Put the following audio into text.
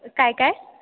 काय काय